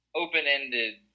open-ended